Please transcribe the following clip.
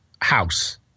house